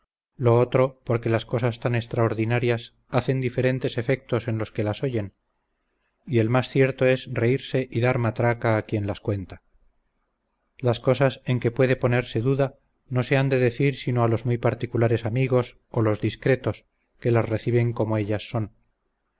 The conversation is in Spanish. lo otro porque las cosas tan extraordinarias hacen diferentes efectos en los que las oyen y el más cierto es reírse y dar matraca a quien las cuenta las cosas en que puede ponerse duda no se han de decir sino a los muy particulares amigos o los discretos que las reciben como ellas son